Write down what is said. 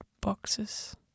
boxes